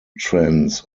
trends